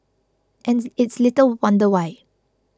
and it's little wonder why